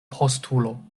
postulo